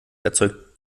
erzeugt